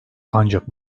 ancak